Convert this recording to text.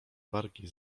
wargi